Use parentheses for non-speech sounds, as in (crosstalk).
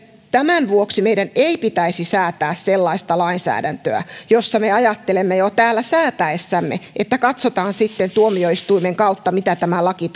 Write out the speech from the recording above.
tämän vuoksi meidän ei pitäisi säätää sellaista lainsäädäntöä josta me ajattelemme jo täällä säätäessämme että katsotaan sitten tuomioistuimen kautta mitä tämä laki (unintelligible)